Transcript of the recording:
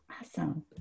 awesome